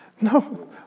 no